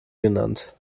genannt